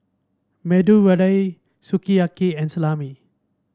Medu Vada Sukiyaki and Salami